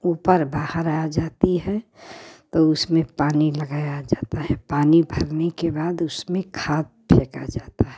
ऊपर बाहर आ जाती है तो उसमें पानी लगाया जाता है पानी भरने के बाद उसमें खाद फेंका जाता है